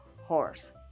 horse